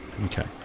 Okay